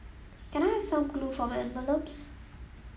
can I have some glue for my envelopes